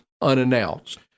unannounced